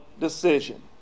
decision